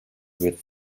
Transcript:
with